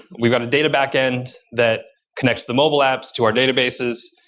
we've got a data backend that connects the mobile apps to our databases,